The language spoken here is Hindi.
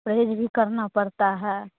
प्रेज भी करना पड़ता है